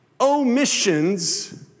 omissions